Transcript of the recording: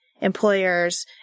employers